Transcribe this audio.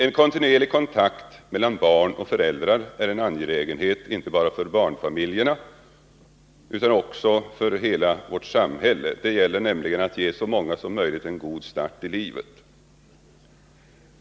En kontinuerlig kontakt mellan barn och föräldrar är något som är angeläget inte bara för barnfamiljerna utan för hela vårt samhälle. Det gäller nämligen att ge så många som möjligt en god start i livet.